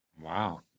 wow